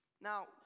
Now